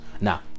now